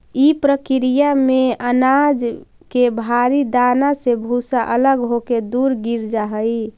इ प्रक्रिया में अनाज के भारी दाना से भूसा अलग होके दूर गिर जा हई